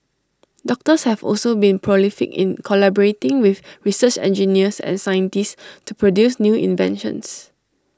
doctors have also been prolific in collaborating with research engineers and scientists to produce new inventions